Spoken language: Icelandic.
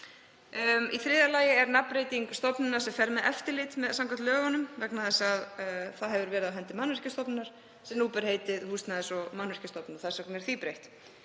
Í þriðja lagi er nafnbreyting stofnunar sem fer með eftirlit samkvæmt lögunum vegna þess að það hefur verið á hendi Mannvirkjastofnunar sem nú ber heitið Húsnæðis- og mannvirkjastofnun. Þess vegna er því breytt.